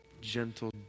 gentle